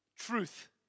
truth